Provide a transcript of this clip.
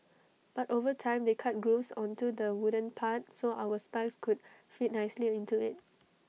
but over time they cut grooves onto the wooden part so our spikes could fit nicely into IT